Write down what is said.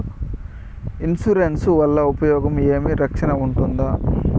Insurance వల్ల ఉపయోగం ఏమి? రక్షణ ఉంటుందా?